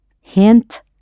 Hint